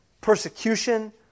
persecution